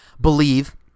believe